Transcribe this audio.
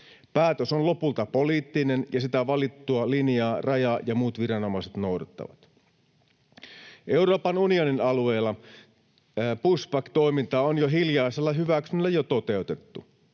Päätös on lopulta poliittinen, ja sitä valittua linjaa raja- ja muut viranomaiset noudattavat. Euroopan unionin alueella pushback-toiminta on hiljaisella hyväksynnällä jo toteutettu.